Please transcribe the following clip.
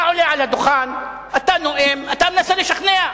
אתה עולה על הדוכן, אתה נואם, אתה מנסה לשכנע.